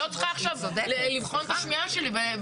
אני לא צריכה עכשיו לבחון את השמיעה שלי.